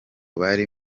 bari